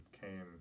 came